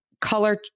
color